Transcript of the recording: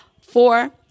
Four